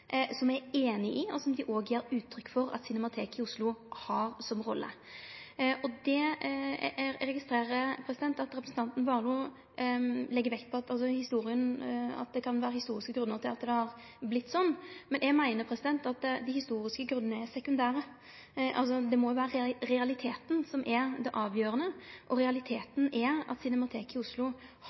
er einige i, og som dei òg gjev uttrykk for at Cinemateket i Oslo har som rolle. Eg registrerer at representanten Warloe legg vekt på at det kan vere historiske grunnar til at det har vorte sånn, men eg meiner at dei historiske grunnane er sekundære. Det må vere realiteten som er det avgjerande, og realiteten er at Cinemateket i Oslo